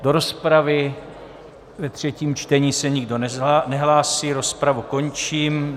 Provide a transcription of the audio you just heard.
Do rozpravy ve třetím čtení se nikdo nehlásí, rozpravu končím.